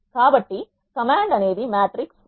కాబట్టి కమాండ్ అనేది మ్యాట్రిక్స్